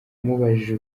umubajije